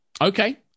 okay